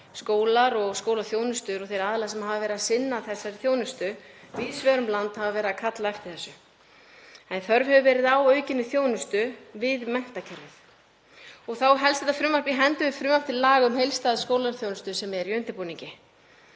skólar og skólaþjónusta og þeir aðilar sem hafa verið að sinna þessari þjónustu víðs vegar um land hafi verið að kalla eftir þessu en þörf hefur verið á aukinni þjónustu við menntakerfið. Þá helst þetta frumvarp í hendur við frumvarp til laga um heildstæða skólaþjónustu sem er í undirbúningi.